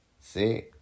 See